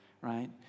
right